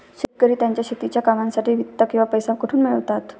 शेतकरी त्यांच्या शेतीच्या कामांसाठी वित्त किंवा पैसा कुठून मिळवतात?